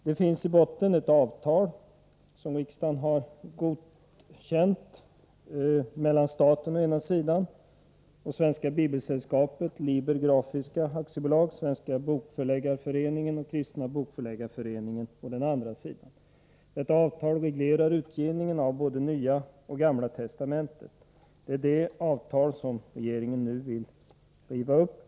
I botten finns ett avtal som riksdagen har godkänt mellan å ena sidan staten och å andra sidan Svenska bibelsällskapet, Liber Grafiska AB, Svenska bokförläggareföreningen och Kristna bokförläggareföreningen. Detta avtal reglerar utgivningen av både Nya och Gamla testamentet. Det är detta avtal som regeringen nu vill riva upp.